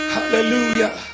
Hallelujah